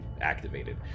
activated